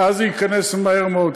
ואז זה ייכנס מהר מאוד,